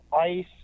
ice